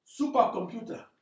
supercomputer